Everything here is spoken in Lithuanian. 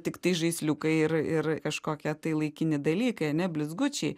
tiktais žaisliukai ir ir kažkokie tai laikini dalykai ane blizgučiai